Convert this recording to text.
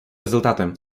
rezultatem